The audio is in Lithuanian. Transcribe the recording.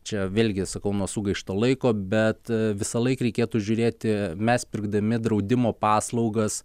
čia vėlgi sakau nuo sugaišto laiko bet visąlaik reikėtų žiūrėti mes pirkdami draudimo paslaugas